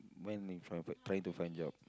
when you find trying to find job